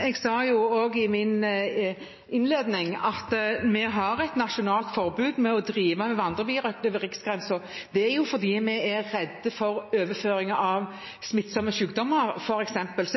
Jeg sa jo også i min innledning at vi har et nasjonalt forbud mot å drive med vandrebirøkt over riksgrensen. Det er fordi vi er redde for f.eks. overføring av smittsomme sykdommer. Så